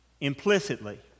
implicitly